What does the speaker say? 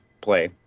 play